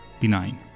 benign